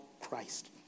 Christ